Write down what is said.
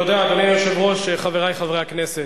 אדוני היושב-ראש, תודה, חברי חברי הכנסת,